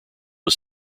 was